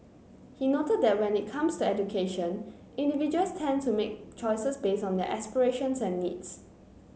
he noted that when it comes to education individuals tend to make choices based on their aspirations and needs